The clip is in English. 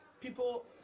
people